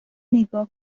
نیگا